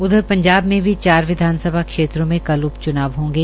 उधर पंजाब में भी चार विधानसभा क्षेत्रों में कल उपचुनाव होंगे